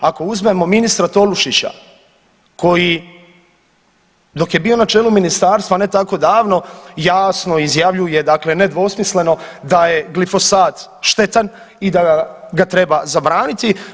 Ako uzmemo ministra Tolušića koji dok je bio na čelu ministarstva ne tako davno jasno izjavljuje, dakle nedvosmisleno da je glifosat štetan i da ga treba zabraniti.